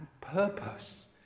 purpose